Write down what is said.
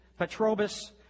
Petrobus